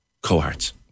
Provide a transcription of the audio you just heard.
cohorts